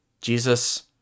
jesus